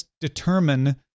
determine